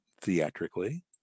theatrically